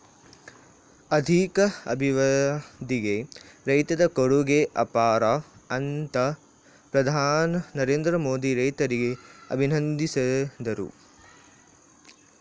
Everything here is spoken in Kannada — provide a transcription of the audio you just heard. ಆರ್ಥಿಕ ಅಭಿವೃದ್ಧಿಗೆ ರೈತರ ಕೊಡುಗೆ ಅಪಾರ ಅಂತ ಪ್ರಧಾನಿ ನರೇಂದ್ರ ಮೋದಿ ರೈತರಿಗೆ ಅಭಿನಂದಿಸಿದರು